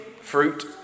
fruit